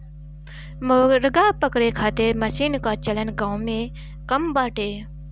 मुर्गा पकड़े खातिर मशीन कअ चलन गांव में कम बाटे